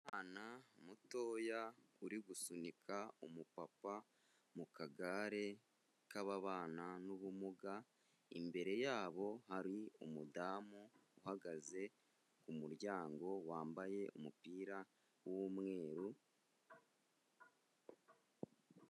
Umwana mutoya uri gusunika umupapa mu kagare k'ababana n'ubumuga, imbere yabo hari umudamu uhagaze ku muryango wambaye umupira w'umweru.